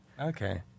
Okay